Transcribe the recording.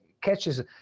catches